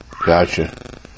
Gotcha